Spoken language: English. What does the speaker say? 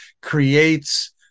creates